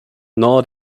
nor